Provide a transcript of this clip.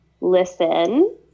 listen